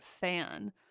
fan